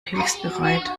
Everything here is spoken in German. hilfsbereit